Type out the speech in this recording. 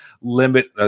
limit